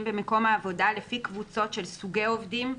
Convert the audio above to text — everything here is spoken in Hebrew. במקום העבודה לפי קבוצות של סוגי עובדים,